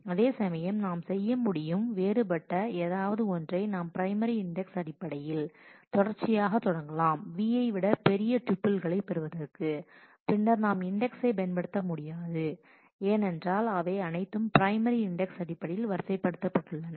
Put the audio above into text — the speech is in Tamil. அதேசமயம் நாம் செய்ய முடியும் வேறுபட்ட ஏதாவது ஒன்றை நாம் பிரைமரி இண்டெக்ஸ் அடிப்படையில் தொடர்ச்சியாக தொடங்கலாம் v ஐ விட பெரிய டூப்பிள்ஸ்களை பெறுவதற்கு பின்னர் நாம் இன்டெக்ஸ்சை பயன்படுத்த முடியாது ஏனென்றால் இவை அனைத்தும் பிரைமரி இன்டெக்ஸ் அடிப்படையில் வரிசைப்படுத்தப்பட்டுள்ளன